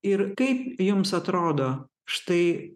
ir kaip jums atrodo štai